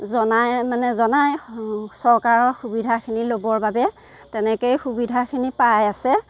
জনায় মানে জনায় চৰকাৰৰ সুবিধাখিনি ল'ব বাবে তেনেকেই সুবিধা খিনি পাই আছে